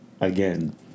Again